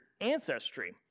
ancestry